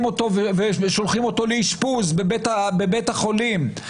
אותו ושולחים אותו לאשפוז בבית החולים,